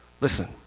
Listen